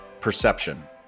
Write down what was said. perception